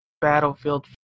Battlefield